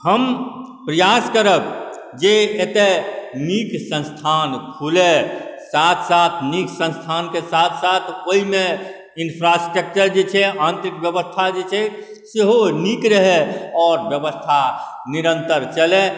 हम प्रयास करब जे एतेक नीक संस्थान खुलै साथ साथ नीक संस्थानके साथ साथ ओहिमे इन्फ्रास्टक्चर जे छै अंतिम बेबस्था जे छै सेहो नीक रहै आओर बेबस्था निरन्तर चलै